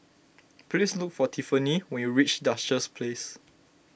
please look for Tiffani when you reach Duchess Place